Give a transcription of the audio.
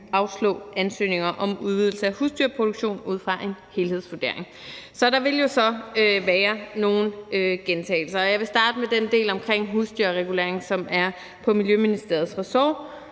afslå ansøgninger om udvidelse af husdyrproduktion ud fra en helhedsvurdering. Så der vil jo være nogle gentagelser, og jeg vil starte med den del omkring husdyrregulering, som er på Miljøministeriets ressort.